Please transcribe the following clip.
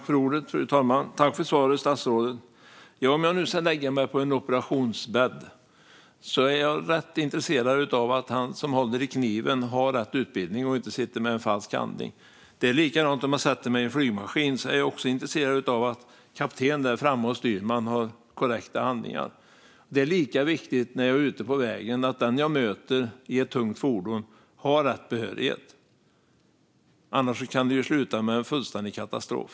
Fru talman! Jag tackar statsrådet för svaret. Om jag ska lägga mig på en operationsbädd är jag rätt intresserad av att han som håller i kniven har rätt utbildning och inte sitter med en falsk handling. Det är likadant om jag sätter mig i en flygmaskin. Då är jag också intresserad av att kapten och styrman har korrekta handlingar. Det är lika viktigt när jag är ute på vägen, det vill säga att den jag möter som kör ett tungt fordon har rätt behörighet. Annars kan det sluta med en fullständig katastrof.